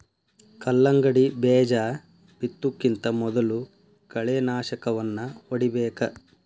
ಕಲ್ಲಂಗಡಿ ಬೇಜಾ ಬಿತ್ತುಕಿಂತ ಮೊದಲು ಕಳೆನಾಶಕವನ್ನಾ ಹೊಡಿಬೇಕ